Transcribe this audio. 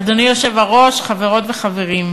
אדוני היושב-ראש, חברות וחברים,